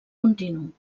continu